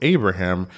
Abraham